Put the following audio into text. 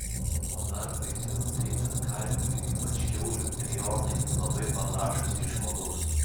o dar baisiau tai kad karvių ir ypač kiaulių prionai labai panašūs į žmogaus